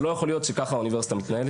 זה לא יכול להיות שככה האוניברסיטה מתנהלת.